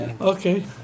Okay